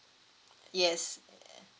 yes